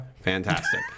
Fantastic